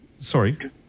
Sorry